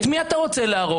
את מי אתה רוצה להרוג?